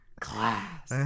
Class